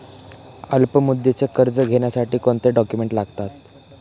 अल्पमुदतीचे कर्ज घेण्यासाठी कोणते डॉक्युमेंट्स लागतात?